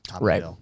Right